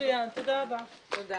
הישיבה